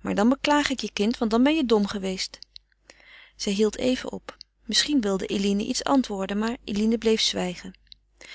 maar dan beklaag ik je kind want dan ben je dom geweest zij hield even op misschien wilde eline iets antwoorden maar eline bleef zwijgen